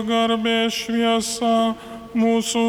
garbės šviesa mūsų